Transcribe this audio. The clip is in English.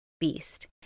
beast